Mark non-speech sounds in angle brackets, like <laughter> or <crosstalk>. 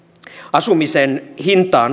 asumisen hintaa <unintelligible>